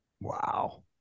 Wow